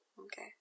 Okay